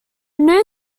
new